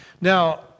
Now